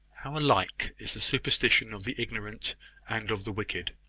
how alike is the superstition of the ignorant and of the wicked!